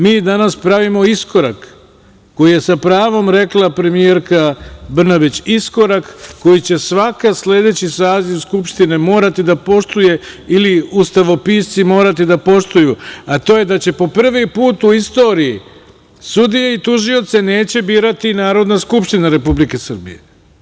Mi danas pravimo iskorak koji je, sa pravom je rekla premijerka, iskorak koji će svaki sledeći saziv Skupštine morati da poštuje ili ustavopisci morati da poštuju, a to je da po prvi put u istoriji sudije i tužioce neće birati Narodna skupština Republike Srbije.